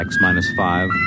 X-Minus-Five